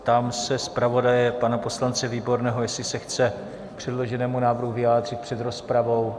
Ptám se zpravodaje pana poslance Výborného, jestli se chce k předloženému návrhu vyjádřit před rozpravou.